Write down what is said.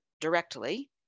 directly